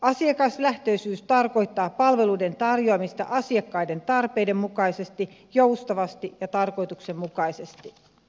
asiakaslähtöisyys tarkoittaa palveluiden tarjoamista asiakkaiden tarpeiden mukaisesti joustavasti ja tarkoituksenmukaisesti